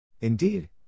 Indeed